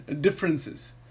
differences